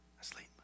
Asleep